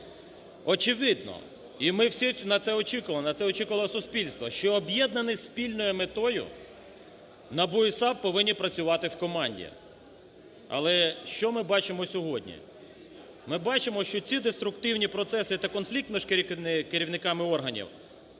очевидно, і ми всі на це очікували, на це очікувало суспільство, що об'єднані спільною метою, НАБУ і САП повинні працювати в команді. Але що ми бачимо сьогодні? Ми бачимо, що ці деструктивні процеси та конфлікт між керівниками органів,